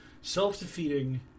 self-defeating